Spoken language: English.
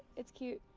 it's cute.